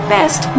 best